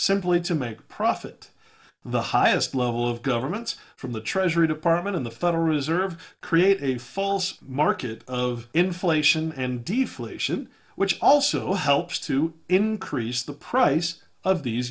simply to make profit the highest level of governments from the treasury department in the federal reserve create a false market of inflation and deflation which also helps to increase the price of the